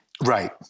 Right